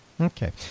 Okay